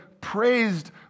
praised